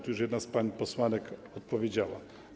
Tu już jedna z pań posłanek odpowiedziała.